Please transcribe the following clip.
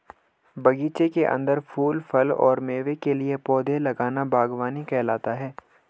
बगीचे के अंदर फूल, फल और मेवे के लिए पौधे लगाना बगवानी कहलाता है